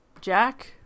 Jack